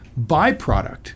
byproduct